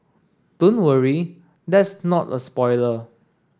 don't worry that's not a spoiler